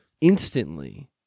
instantly